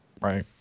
Right